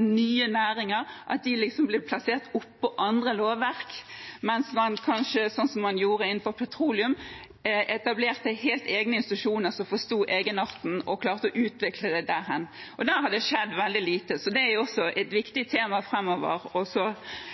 nye næringer at de liksom blir plassert oppå andre lovverk, mens det man gjorde med petroleum, var å etablere helt egne institusjoner som forsto egenarten og klarte å utvikle det der. Der har det skjedd veldig lite, så det er også et